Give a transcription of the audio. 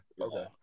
okay